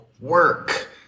work